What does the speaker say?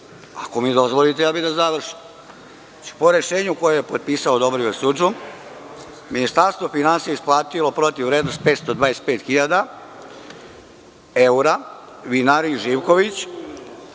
Ako mi dozvolite, ja bih da završim. Po rešenju koje je potpisao Dobrivoje Sudžum, Ministarstvo finansija je isplatilo protivvrednost 525.000 evra Vinariji „Živković“.